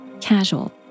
casual